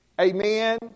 Amen